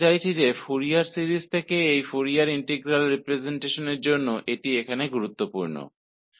मेरा मतलब है फोरियर श्रृंखला से इस फोरियर इंटीग्रल रिप्रजेंटेशन में बदलने के लिए यहां यह महत्वपूर्ण है